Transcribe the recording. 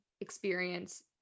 experience